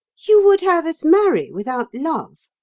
you would have us marry without love?